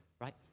right